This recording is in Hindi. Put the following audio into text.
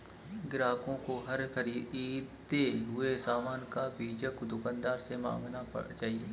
ग्राहकों को हर ख़रीदे हुए सामान का बीजक दुकानदार से मांगना चाहिए